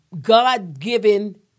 God-given